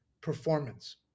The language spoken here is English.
performance